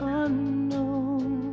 unknown